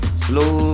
slow